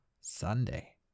Sunday